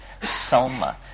SOMA